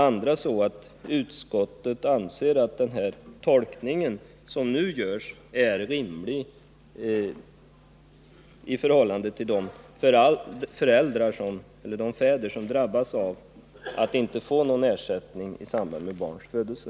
Anser utskottet att den tolkning som nu görs är rimlig för de fäder som drabbas av att inte få någon ersättning i samband med barns födelse?